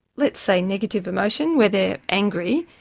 let's say negative emotion, where they're angry.